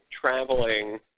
traveling